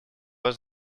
was